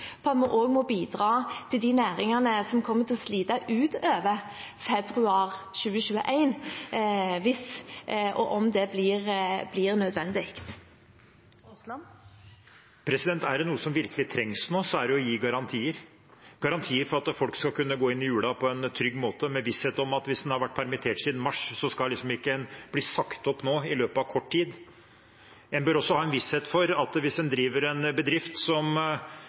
må bidra til de næringene som kommer til å slite utover februar 2021, om det blir nødvendig. Er det noe som virkelig trengs nå, er det å gi garantier – garantier for at folk skal kunne gå inn i jula på en trygg måte, med visshet om at hvis en har vært permittert siden mars, skal en ikke bli sagt opp nå, i løpet av kort tid. En bør også ha en visshet for at hvis en driver en bedrift som